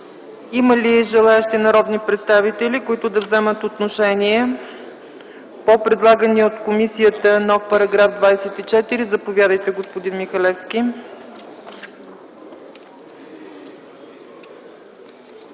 Има ли желаещи народни представители, които да вземат отношение по предлагания от комисията нов § 24? Заповядайте, господин Михалевски.